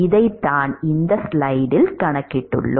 இதைத்தான் இந்த ஸ்லைடில் கணக்கிட்டுள்ளோம்